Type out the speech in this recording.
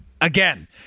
again